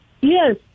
Yes